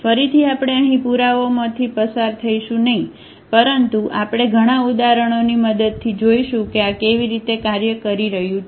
ફરીથી આપણે અહીં પુરાવાઓમાંથી પસાર થઈશું નહીં પરંતુ આપણે ઘણા ઉદાહરણોની મદદથી જોશું કે આ કેવી રીતે કાર્ય કરી રહ્યું છે